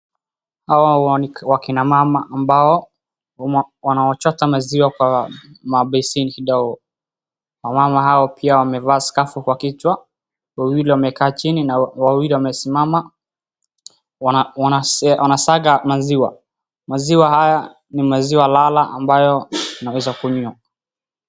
Hawa wakina mama ambao wanachota maziwa kwa mabesheni kidogo, wamama hawa pia wamevaa scarf kwa kichwa, wawili wamekaa chini na wawili wamesimama, wanasaga maziwa, maziwa haya ni maziwa lala ambayo yanaweza kunywiwa.